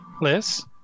Liz